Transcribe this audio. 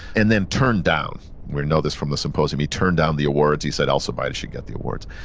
and then turned down, we know this from the symposium, he turned down the awards he said alcibiades should get the awards.